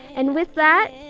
and with that,